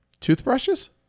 Toothbrushes